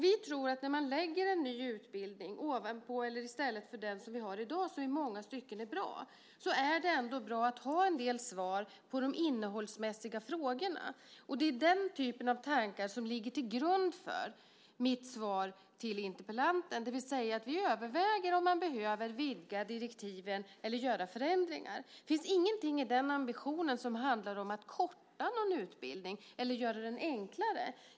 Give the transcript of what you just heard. Vi tror att när man lägger fram förslag om en ny utbildning ovanpå eller i stället för den som vi har i dag, som i många stycken är bra, så är det ändå bra att ha en del svar på de innehållsmässiga frågorna. Det är den typen av tankar som ligger till grund för mitt svar till interpellanten. Vi överväger om man behöver vidga direktiven eller göra förändringar. Det finns ingenting i den ambitionen som handlar om att korta någon utbildning eller göra det enklare.